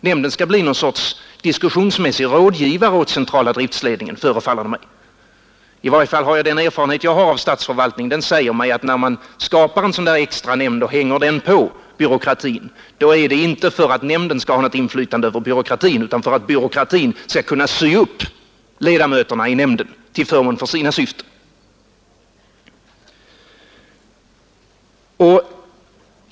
Nämnden skulle då bli någon sorts diskussionsmässig rådgivare åt centrala driftledningen, föreställer jag mig. I varje fall säger mig den erfarenhet jag har av statsförvaltningen, att när man skapar en extra nämnd och hänger den på byråkratin, då är det inte för att nämnden skall ha något inflytande över byråkratin utan för att byråkratin till förmån för sina syften skall kunna sy upp ledamöterna i nämnden.